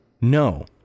no